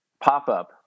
pop-up